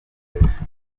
uyikoresha